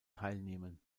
teilnehmen